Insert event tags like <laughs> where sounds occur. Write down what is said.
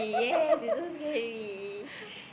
<laughs>